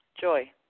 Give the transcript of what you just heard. Joy